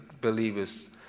believers